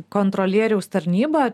kontrolieriaus tarnyba